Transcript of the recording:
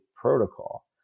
protocol